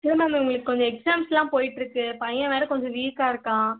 இல்லை மேம் இவங்களுக்கு எக்ஸாமுஸுலாம் கொஞ்சம் போயிட்டிருக்கு பையன் வேறு கொஞ்சம் வீக்காயிருக்கான்